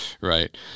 Right